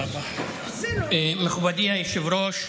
מכובדי היושב-ראש,